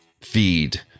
feed